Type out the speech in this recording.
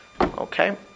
Okay